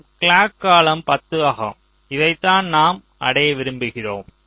நமது கிளாக் காலம் 10 ஆகும் இதைத்தான் நாம் அடைய விரும்புகிறோம்